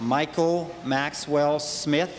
michael maxwell smith